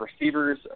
Receivers